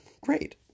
Great